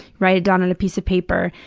write it down on a piece of paper.